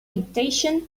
dictation